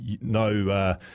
no